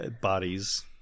Bodies